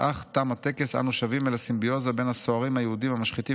ואך תם הטקס אנו שבים אל הסימביוזה בין הסוהרים היהודים המשחיתים